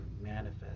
manifest